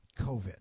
covid